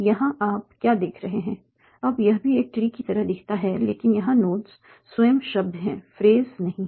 यहाँ आप क्या देख रहे हैं अब यह भी एक ट्री की तरह दिखता है लेकिन यहां नोड्स स्वयं शब्द हैं फ्रेज नहीं हैं